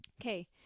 Okay